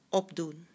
opdoen